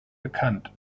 bekannt